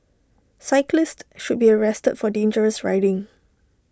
cyclist should be arrested for dangerous riding